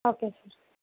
okay sir